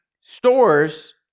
stores